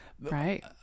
Right